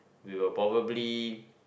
we will probably